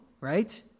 right